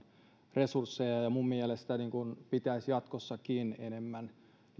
resursseja minun mielestäni pitäisi jatkossakin enemmän niitä